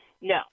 No